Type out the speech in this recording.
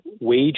wage